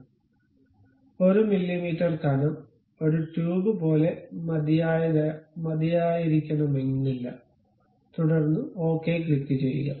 1 millimetre കനം ഒരു tube പോലെ മതിയായതായിരിക്കണമെന്നില്ല തുടർന്ന് ഓക്കേ ക്ലിക്കുചെയ്യുക